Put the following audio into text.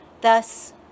Thus